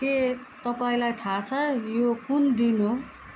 के तपाईँलाई थाह छ यो कुन दिन हो